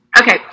Okay